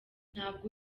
ntabwo